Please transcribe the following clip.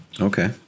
Okay